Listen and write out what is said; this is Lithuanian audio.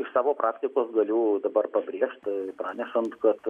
iš savo praktikos galiu dabar pabrėžt pranešant kad